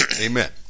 Amen